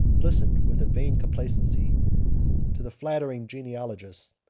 and listened with a vain complacency to the flattering genealogists,